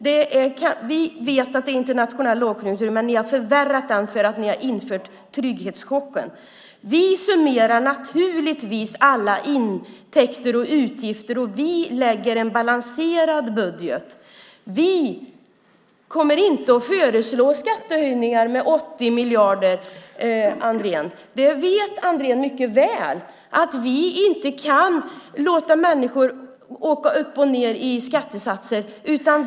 Vi vet att det är internationell lågkonjunktur, men ni har förvärrat den, för ni har infört trygghetschocken. Vi summerar naturligtvis alla intäkter och utgifter, och vi lägger fram en balanserad budget. Vi kommer inte att föreslå skattehöjningar med 80 miljarder, Andrén. Andrén vet mycket väl att vi inte kan låta människor åka upp och ned i skattesatser.